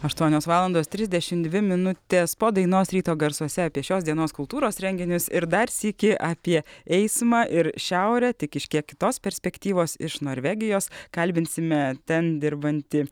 aštuonios valandos trisdešimt dvi minutės po dainos ryto garsuose apie šios dienos kultūros renginius ir dar sykį apie eismą ir šiaurę tik iš kiek kitos perspektyvos iš norvegijos kalbinsime ten dirbantį